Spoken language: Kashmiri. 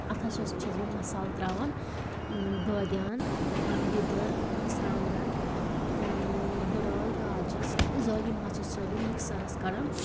اَتھ ہسا چھَس بہٕ مصالہٕ تراوان بٲدِیان لِدٕر مرژٕوانگَن بٔڑٕ عٲل دالچیٖن عٲل یِم ہسا چھَس بہٕ مِکٕسَرَس کڑان